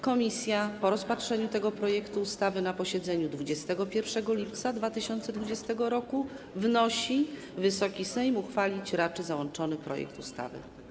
Komisja po rozpatrzeniu tego projektu ustawy na posiedzeniu 21 lipca 2020 r. wnosi: Wysoki Sejm uchwalić raczy załączony projektu ustawy.